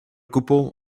koepel